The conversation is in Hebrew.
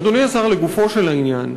אדוני השר, לגופו של עניין,